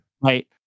Right